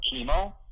chemo